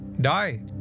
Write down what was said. Die